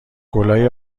گـلای